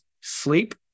sleep